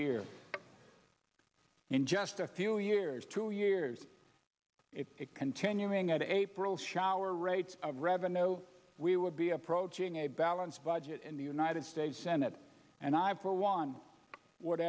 year in just a few years two years it continuing at april shower rates of revenue we would be approaching a balanced budget in the united states senate and i for one would